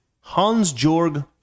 Hans-Jorg